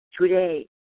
today